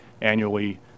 annually